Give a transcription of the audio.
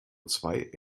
zwei